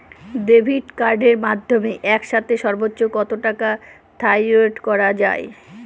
Debit কার্ডের মাধ্যমে একসাথে সর্ব্বোচ্চ কত টাকা উইথড্র করা য়ায়?